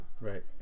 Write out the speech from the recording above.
right